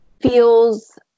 feels